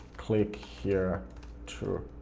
click here to